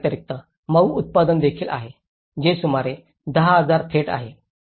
या व्यतिरिक्त मऊ उत्पादन देखील आहे जे सुमारे 10000 थेट आहे